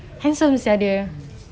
!hais!